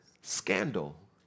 scandal